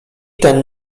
ten